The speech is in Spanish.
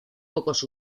pocos